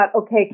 okay